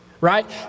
right